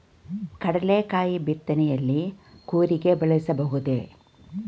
ಕಡ್ಲೆಕಾಯಿ ಬಿತ್ತನೆಯಲ್ಲಿ ಕೂರಿಗೆ ಬಳಸಬಹುದೇ?